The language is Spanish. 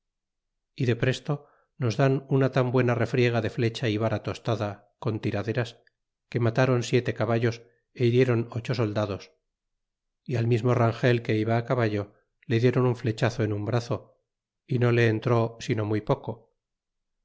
flechar é depresto nos dan una tan buena refriega de flecha y vara tostada con tiraderas que matron siete caballos é hiriéron ocho imein soldados y al mismo rangel que iba caballo le diéron un flechazo en un brazo y no le entró sino muy poco